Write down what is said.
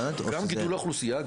גם גידול האוכלוסייה,